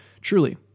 Truly